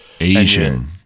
Asian